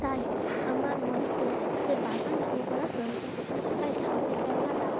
তাই আমার মনে হল যে বাগান শুরু করা প্রয়োজন তাই সামনের জায়গাটা